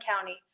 County